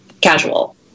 casual